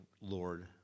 Lord